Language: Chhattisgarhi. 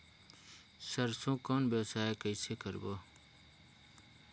सरसो कौन व्यवसाय कइसे करबो?